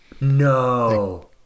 No